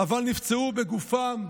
אבל נפצעו בגופם,